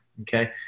Okay